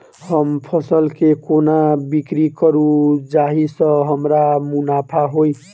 हम फसल केँ कोना बिक्री करू जाहि सँ हमरा मुनाफा होइ?